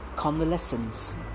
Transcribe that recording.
Convalescence